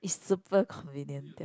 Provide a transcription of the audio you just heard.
is super convenient